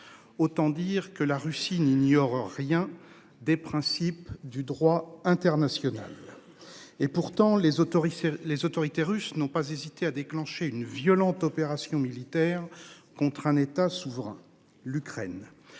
Autant dire que la Russie n'ignore rien des principes du droit international. Et pourtant les autorités. Les autorités russes n'ont pas hésité à déclencher une violente opération militaire contre un État souverain, l'Ukraine